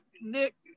Nick